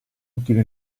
utile